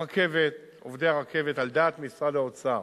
עובדי הרכבת, על דעת משרד האוצר,